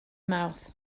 mouth